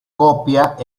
copia